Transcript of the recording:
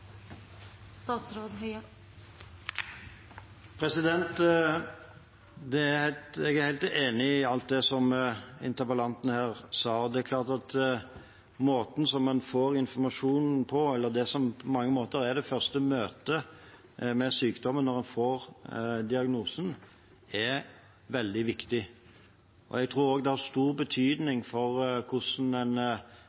helt enig i alt det som interpellanten her sa. Det er klart at måten som en får informasjonen på, eller det som på mange måter er det første møtet med sykdommen når en får diagnosen, er veldig viktig. Jeg tror også nettopp dette første møtet har stor